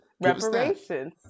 reparations